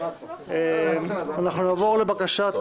נעבור לבקשת